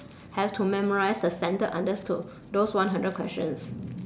have to memorise the standard answers to those one hundred questions